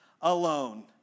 alone